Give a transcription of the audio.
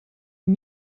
een